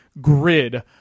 grid